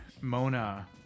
Mona